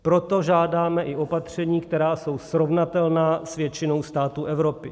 Proto žádáme i opatření, která jsou srovnatelná s většinou států Evropy.